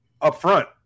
upfront